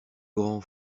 grands